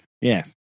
Yes